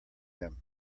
them